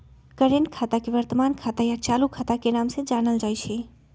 current खाता के वर्तमान खाता या चालू खाता के नाम से जानल जाई छई